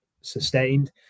sustained